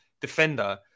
defender